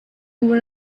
were